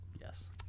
Yes